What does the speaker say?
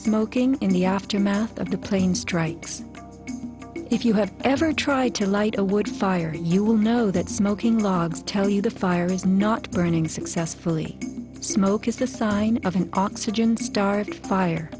smoking in the aftermath of the plane strikes if you have ever tried to light a wood fire you will know that smoking logs tell you the fire is not burning successfully smoke is the sign of an oxygen starved fire